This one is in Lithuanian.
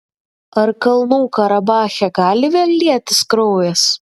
ar kalnų karabache gali vėl lietis kraujas